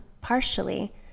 partially